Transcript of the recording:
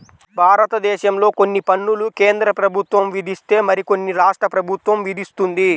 భారతదేశంలో కొన్ని పన్నులు కేంద్ర ప్రభుత్వం విధిస్తే మరికొన్ని రాష్ట్ర ప్రభుత్వం విధిస్తుంది